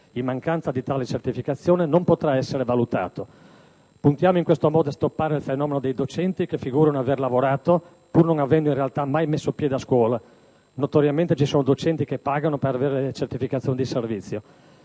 in mancanza di tale certificazione, non potrà essere valutato. Puntiamo in questo modo a stoppare il fenomeno dei docenti che figurano aver lavorato, pur non avendo in realtà mai messo piede a scuola (notoriamente ci sono docenti che pagano per avere la certificazione di servizio),